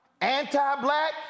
anti-black